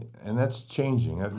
and that's changing.